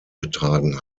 betragen